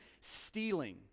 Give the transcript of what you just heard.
stealing